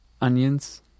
onions